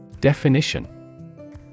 Definition